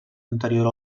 anterior